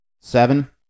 seven